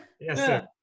Yes